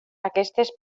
aquestes